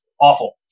awful